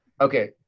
Okay